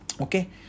Okay